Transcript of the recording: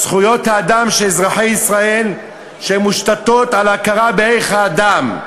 זכויות האדם של אזרחי ישראל שמושתתות על הכרה בערך האדם,